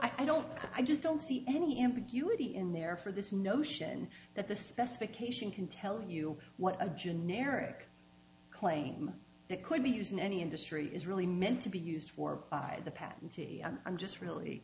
i don't i just don't see any ambiguity in there for this notion that the specification can tell you what a generic claim that could be used in any industry is really meant to be used for the patentee i'm just really